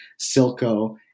Silco